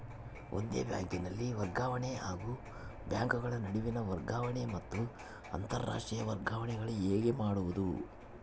ಒಂದೇ ಬ್ಯಾಂಕಿನಲ್ಲಿ ವರ್ಗಾವಣೆ ಹಾಗೂ ಬ್ಯಾಂಕುಗಳ ನಡುವಿನ ವರ್ಗಾವಣೆ ಮತ್ತು ಅಂತರಾಷ್ಟೇಯ ವರ್ಗಾವಣೆಗಳು ಹೇಗೆ ಮಾಡುವುದು?